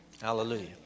Hallelujah